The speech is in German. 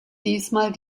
diesmal